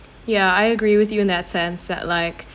yeah I agree with you in that sense that like